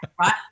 right